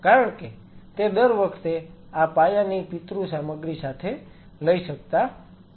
કારણ કે તે દર વખતે આ પાયાની પિતૃ સામગ્રી સાથે લઈ શકતા નથી